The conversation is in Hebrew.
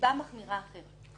לנסיבה מחמירה אחרת.